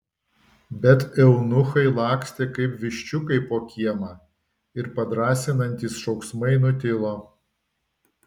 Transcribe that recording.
bet eunuchai lakstė kaip viščiukai po kiemą ir padrąsinantys šauksmai nutilo